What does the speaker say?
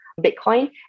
Bitcoin